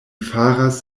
faras